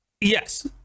yes